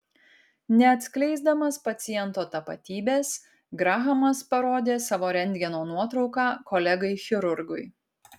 neatskleisdamas paciento tapatybės grahamas parodė savo rentgeno nuotrauką kolegai chirurgui